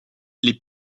les